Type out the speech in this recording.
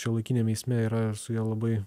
šiuolaikiniam eisme yra ir su ja labai